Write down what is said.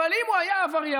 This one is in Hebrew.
אבל אם הוא היה עבריין,